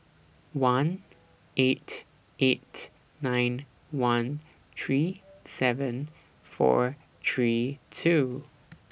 one eight eight nine one three seven four three two